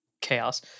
chaos